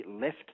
left